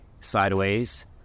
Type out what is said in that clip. sideways